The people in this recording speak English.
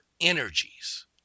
energies